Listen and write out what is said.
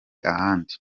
ahandi